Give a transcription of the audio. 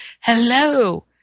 Hello